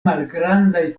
malgrandaj